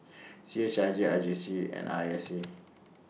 C H I J R J C and I S A